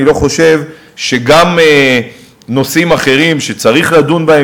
אני לא חושב שגם נושאים אחרים שצריך לדון בהם,